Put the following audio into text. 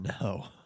no